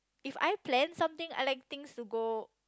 if I plan something I like things to go